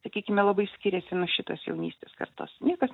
sakykime labai skiriasi nuo šitos jaunystės kartos niekas